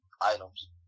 items